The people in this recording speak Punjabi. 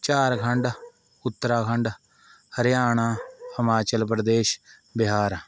ਝਾਰਖੰਡ ਉੱਤਰਾਖੰਡ ਹਰਿਆਣਾ ਹਿਮਾਚਲ ਪ੍ਰਦੇਸ਼ ਬਿਹਾਰ